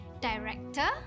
director